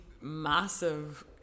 massive